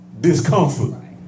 discomfort